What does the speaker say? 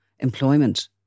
employment